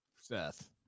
Seth